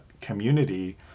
community